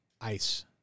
ice